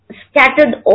scattered